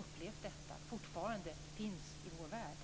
upplevt detta fortfarande finns i vår värld.